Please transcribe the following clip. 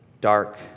dark